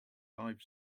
live